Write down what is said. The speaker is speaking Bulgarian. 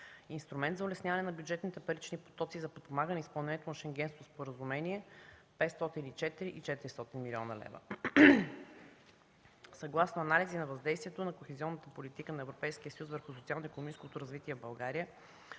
Инструмент за улесняване на бюджетните парични потоци за подпомагане изпълнението на Шенгенското споразумение – 504,40 млн. лева. Съгласно анализи на въздействието на кохезионната политика на Европейския съюз върху социално-икономическото развитие в България